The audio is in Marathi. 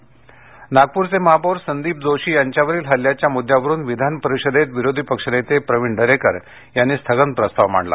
विधिमंडळ नागपूरचे महापौर संदीप जोशी यांच्यावरील हल्ल्याच्या मुद्द्यावरून विधान परिषदेत विरोधी पक्षनेते प्रवीण दरेकर यांनी स्थगन प्रस्ताव मांडला